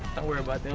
don't worry about